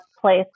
place